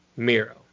Miro